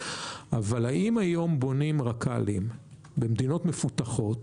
אבל האם היום בונים רכ"לים במדינות מפותחות